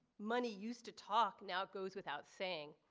money used to talk now goes without saying,